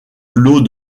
l’eau